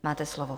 Máte slovo.